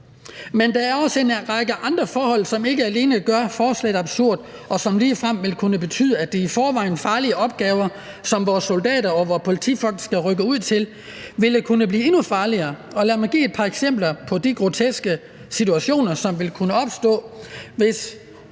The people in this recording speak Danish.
Men der er også en række andre forhold, som ikke alene gør forslaget absurd, men som ligefrem vil kunne betyde, at de i forvejen farlige opgaver, som vores soldater og vores politifolk skal rykke ud til, ville kunne blive endnu farligere. Lad mig give et par eksempler på de groteske situationer, som ville kunne opstå, hvis